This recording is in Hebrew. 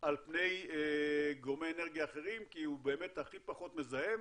על פני גורמי אנרגיה אחרים כי הוא באמת הכי פחות מזהם